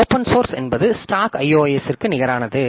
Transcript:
open source என்பது stock iOSற்கு நிகரானது